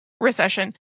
recession